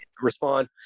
respond